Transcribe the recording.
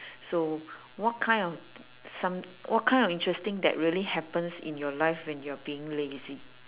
so what kind of some what kind of interesting that really happens in your life when you're being lazy